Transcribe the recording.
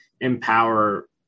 empower